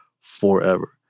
forever